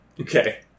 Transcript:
Okay